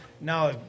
now